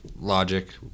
Logic